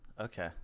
Okay